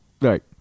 Right